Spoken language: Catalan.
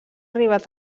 arribat